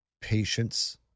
patience